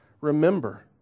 Remember